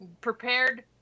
prepared